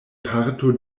parto